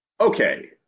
okay